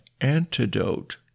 antidote